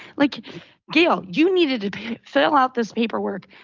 like gail, you needed to fill out this paperwork.